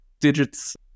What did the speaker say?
digits